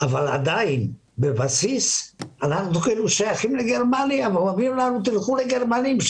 אבל עדיין בבסיס אנחנו שייכים לגרמניה ואומרים לנו: תלכו לגרמנים,